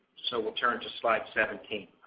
so we'll turn to slide seventeen.